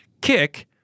kick